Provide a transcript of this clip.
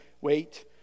wait